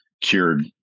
cured